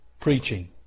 preaching